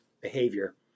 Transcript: behavior